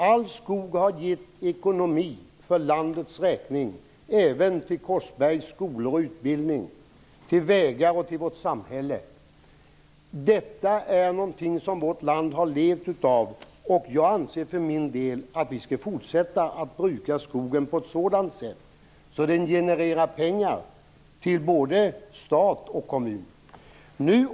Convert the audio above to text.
All skog har gett ekonomi för landets räkning, även till Ronny Korsbergs skolor och utbildning, till vägar och till vårt samhälle. Detta är någonting som vårt land har levt av. Jag anser för min del att vi skall fortsätta att bruka skogen på ett sådant sätt att den genererar pengar till både stat och kommun.